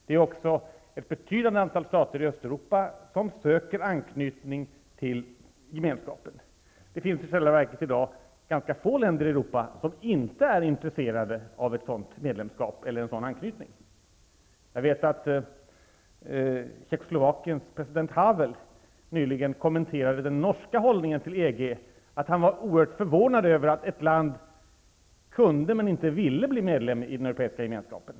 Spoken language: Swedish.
Det finns ett betydande antal länder i Östeuropa som söker anknytning till Gemenskapen. Det finns i dag i själva verket ganska få länder i Europa som inte är intresserade av en sådan anknytning. Tjeckoslovakiens president Havel kommenterade nyligen den norska hållningen till EG genom att säga att han var oerhört förvånad över att ett land kunde men inte ville bli medlem av den Europeiska gemenskapen.